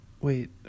wait